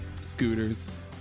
Scooters